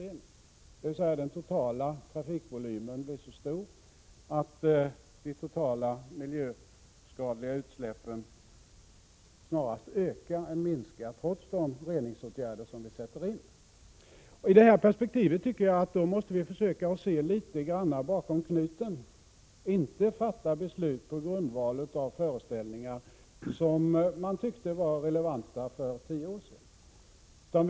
Det innebär således att den totala trafikvolymen blir så stor att de totala miljöskadliga utsläppen snarare ökar än minskar, trots de reningsåtgärder vi sätter in. Med det perspektivet tycker jag att vi måste försöka se litet grand bakom knuten och inte bara fatta beslut på grundval av föreställningar som man tyckte var relevanta för tio år sedan.